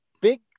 big